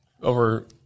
Over